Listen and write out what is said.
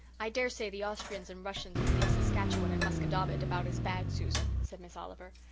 i dare say the austrians and russians would think saskatchewan and musquodoboit about as bad, susan, said miss oliver.